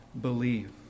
believe